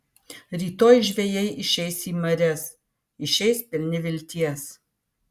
rytoj žvejai išeis į marias išeis pilni vilties